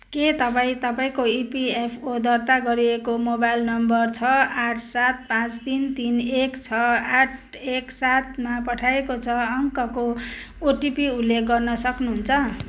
के तपाईँँ तपाईँँको इपिएफओ दर्ता गरिएको मोबाइल नम्बर छ आठ सात पाँच तिन तिन एक छ आठ एक सातमा पठाइएको छ अङ्कको ओटिपी उल्लेख गर्न सक्नुहुन्छ